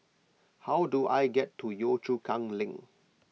how do I get to Yio Chu Kang Link